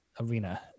arena